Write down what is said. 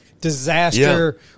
disaster